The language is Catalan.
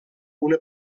una